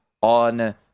on